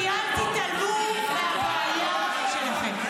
כי אל תתעלמו מהבעיה שלכם.